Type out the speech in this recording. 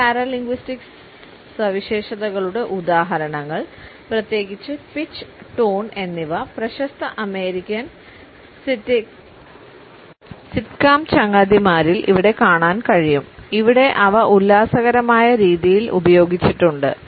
ഈ പാരാലിങ്വിസ്റ്റിക് സവിശേഷതകളുടെ ഉദാഹരണങ്ങൾ പ്രത്യേകിച്ച് പിച്ച് ടോൺ എന്നിവ പ്രശസ്ത അമേരിക്കൻ സിറ്റ്കോം ചങ്ങാതിമാരിൽ ഇവിടെ കാണാൻ കഴിയും ഇവിടെ അവ ഉല്ലാസകരമായ രീതിയിൽ ഉപയോഗിച്ചിട്ടുണ്ട്